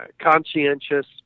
conscientious